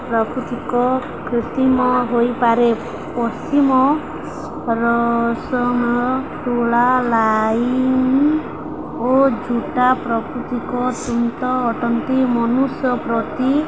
ପ୍ରାକୃତିକ କୃତ୍ରିମ ହୋଇପାରେ ପଶ୍ଚିମ ରସନ ତୁଳା ଲାଇନ୍ ଓ ଝୋଟ ପ୍ରାକୃତିକ ତନ୍ତ ଅଟନ୍ତି ମନୁଷ୍ୟ ପ୍ରତି